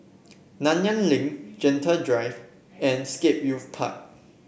Nanyang Link Gentle Drive and Scape Youth Park